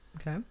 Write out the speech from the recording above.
okay